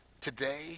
today